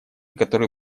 которые